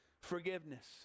Forgiveness